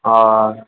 आर